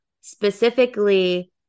specifically